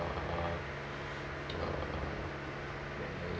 ah